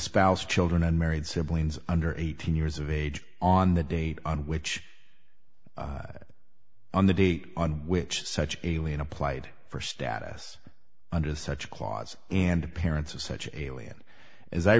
spouse children unmarried siblings under eighteen years of age on the date on which on the date on which such alien applied for status under such a clause and the parents of such alien as i